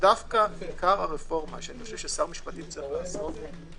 שדווקא עיקר הרפורמה שאני חושב ששר משפטים צריך לעשות זה